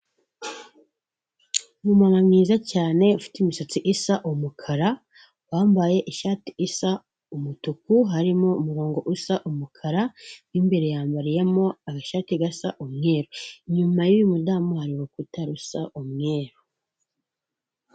Umumama mwiza cyane ufite imisatsi isa umukara, wambaye ishati isa umutuku, harimo umurongo usa umukara, mo imbere yambariyemo agashati gasa umweru. Inyuma y'uyu mudamu hari urukuta rusa umweru.